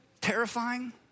terrifying